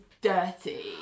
dirty